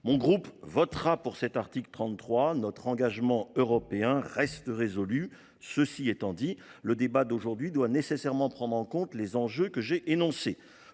Territoires votera pour cet article 33 ; notre engagement européen reste résolu. Cela étant dit, le débat d’aujourd’hui doit nécessairement prendre en compte les enjeux que j’ai énoncés.